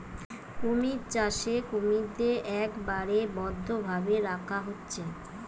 কুমির চাষে কুমিরদের একবারে বদ্ধ ভাবে রাখা হচ্ছে